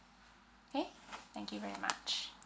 okay thank you very much